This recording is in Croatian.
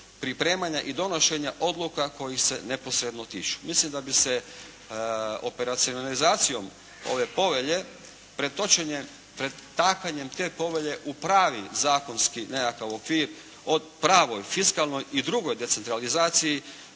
pripremanja i donošenja odluka kojih se neposredno tiču. Mislim da bi se operacionalizacijom ove povelje pretakanjem te povelje u pravi zakonski nekakav okvir o pravoj fiskalnoj i drugoj decentralizaciji